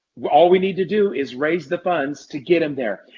all we need to do is raise the funds to get them there.